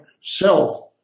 self